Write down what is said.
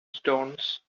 stones